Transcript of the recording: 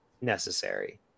necessary